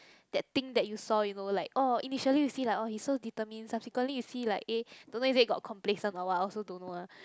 that thing that you saw you know like orh initially you see like orh he so determined subsequently you see like eh don't know if they got complacent or what also don't know ah